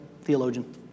theologian